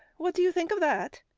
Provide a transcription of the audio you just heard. what do you think of that?